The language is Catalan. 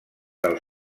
del